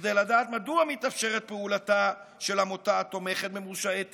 כדי לדעת מדוע מתאפשרת פעולתה של עמותה התומכת במורשעי טרור,